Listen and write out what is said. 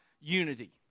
unity